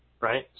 right